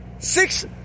Six